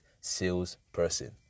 salesperson